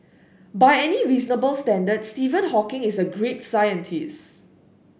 by any reasonable standard Stephen Hawking is a great scientist